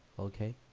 okay?